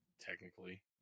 technically